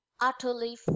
utterly